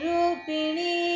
Rupini